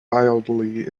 wildly